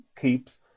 keeps